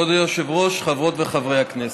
כבוד היושב-ראש, חברות וחברי הכנסת,